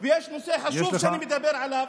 ויש נושא חשוב שאני מדבר עליו.